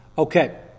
Okay